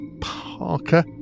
Parker